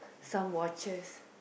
some watches